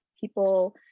people